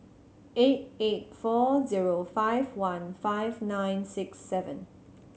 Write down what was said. eight eight four zero five one five nine six seven